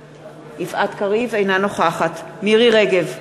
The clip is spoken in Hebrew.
אינה נוכחת מירי רגב,